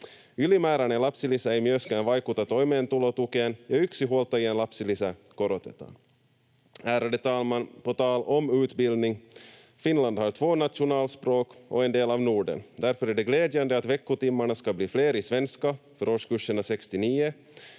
Ylimääräinen lapsilisä ei myöskään vaikuta toimeentulotukeen, ja yksinhuoltajien lapsilisää korotetaan. Ärade talman! På tal om utbildning: Finland har två nationalspråk och är en del av Norden. Därför är det glädjande att veckotimmarna ska bli fler i svenska för årskurserna 6—9.